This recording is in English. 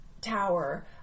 tower